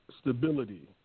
stability